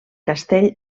castell